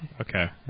Okay